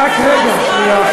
אדוני השר, רק רגע, שנייה.